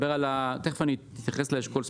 תכף אני אתייחס לאשכול ספציפית,